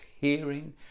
hearing